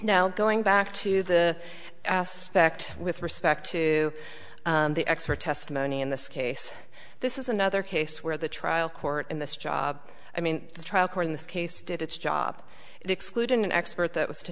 now going back to the aspect with respect to the expert testimony in this case this is another case where the trial court in this job i mean the trial court in this case did its job it excluded an expert that was to